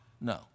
No